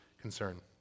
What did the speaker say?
concern